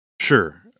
Sure